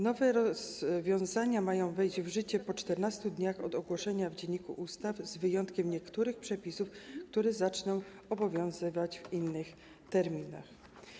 Nowe rozwiązania mają wejść w życie po 14 dniach od dnia ogłoszenia w Dzienniku Ustaw, z wyjątkiem niektórych przepisów, które zaczną obowiązywać w innych terminach.